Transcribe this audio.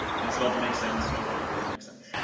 and it's about to make sense, don't worry, it'll make sense.